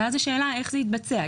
נשאלת השאלה איך זה יתבצע?